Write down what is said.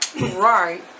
Right